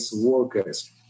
workers